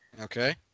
Okay